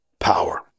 Power